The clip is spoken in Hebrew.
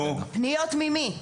פניות ממי?